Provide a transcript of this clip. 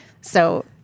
So-